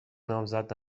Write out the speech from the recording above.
نامزد